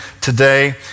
today